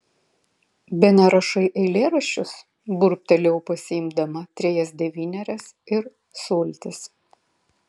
bene rašai eilėraščius burbtelėjau pasiimdama trejas devynerias ir sultis